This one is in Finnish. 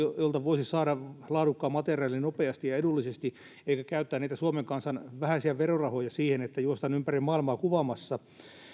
jolta voisi saada laadukkaan materiaalin nopeasti ja edullisesti eikä käyttää näitä suomen kansan vähäisiä verorahoja siihen että juostaan ympäri maailmaa kuvaamassa